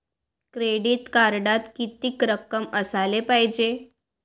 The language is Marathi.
क्रेडिट कार्डात कितीक रक्कम असाले पायजे?